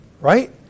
right